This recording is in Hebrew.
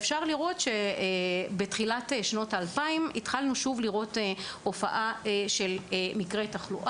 אפשר לראות שבתחילת שנות ה-2000 התחלנו לראות שוב מקרי תחלואה.